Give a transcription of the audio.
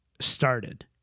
Started